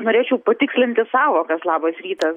norėčiau patikslinti sąvokas labas rytas